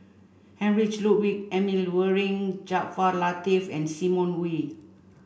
Heinrich Ludwig Emil Luering Jaafar Latiff and Simon Wee